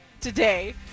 today